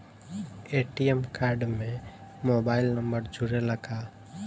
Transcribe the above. ATM card में mobile number जुरेला का?